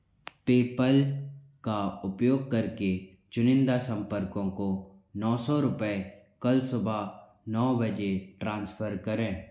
PayPal का उपयोग करके चुनिंदा संपर्कों को नौ सौ रूपए कल सुबह नौ बजे ट्रांसफ़र करें